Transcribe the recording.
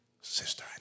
Sister